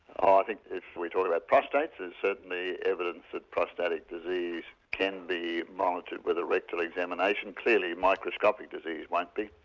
oh i think if we're talking about prostates there's certainly evidence that prostatic disease can be monitored with a rectal examination, clearly microscopic disease won't be.